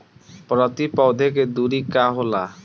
प्रति पौधे के दूरी का होला?